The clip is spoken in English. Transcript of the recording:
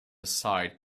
aside